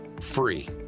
free